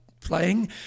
playing